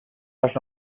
als